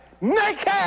naked